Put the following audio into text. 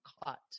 caught